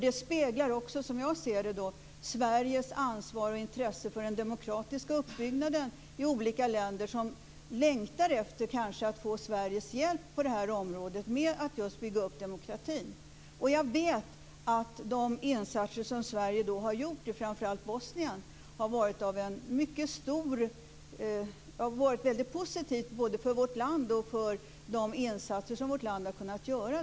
Det speglar också, som jag ser det, Sveriges ansvar och intresse för den demokratiska uppbyggnaden i olika länder, som kanske längtar efter att få Sveriges hjälp på det här området med att just bygga upp demokratin. Jag vet att de insatser som Sverige har gjort i framför allt Bosnien har varit mycket positiva.